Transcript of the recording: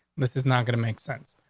this is not going to make sense.